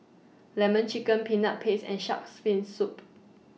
Lemon Chicken Peanut Paste and Shark's Fin Soup